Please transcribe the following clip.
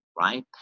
right